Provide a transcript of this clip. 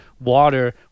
water